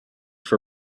for